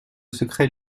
secret